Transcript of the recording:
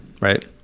Right